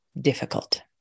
difficult